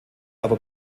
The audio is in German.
aber